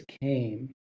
came